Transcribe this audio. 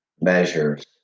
measures